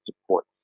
support